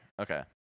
okay